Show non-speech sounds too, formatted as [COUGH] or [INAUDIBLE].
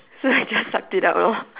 [LAUGHS] so I just sucked it up lor